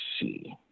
see